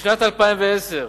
בשנת 2010,